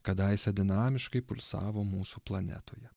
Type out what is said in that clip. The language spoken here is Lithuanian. kadaise dinamiškai pulsavo mūsų planetoje